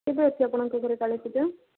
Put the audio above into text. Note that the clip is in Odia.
କେବେ ଅଛି ଆପଣଙ୍କ ଘର କାଳି ପୂଜା